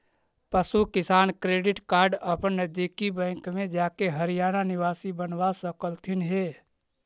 पशु किसान credit card अपन नजदीकी बैंक में जाके हरियाणा निवासी बनवा सकलथीन हे